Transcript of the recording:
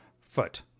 foot